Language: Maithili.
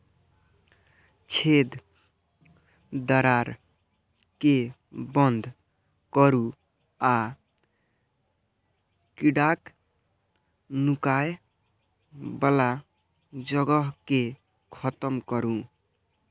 छेद, दरार कें बंद करू आ कीड़ाक नुकाय बला जगह कें खत्म करू